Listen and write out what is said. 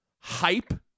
Hype